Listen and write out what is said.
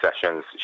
sessions